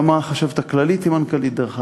גם החשבת הכללית היא מנכ"לית, דרך אגב.